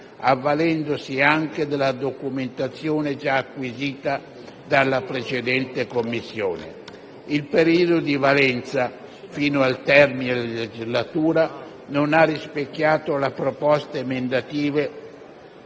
avvalendosi anche della documentazione già acquisita dalla precedente Commissione. Il periodo di valenza, fino al termine legislatura, non ha rispecchiato le proposte emendative